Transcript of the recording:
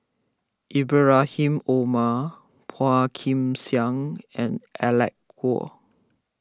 Ibrahim Omar Phua Kin Siang and Alec Kuok